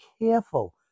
careful